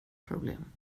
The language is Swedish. problem